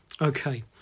Okay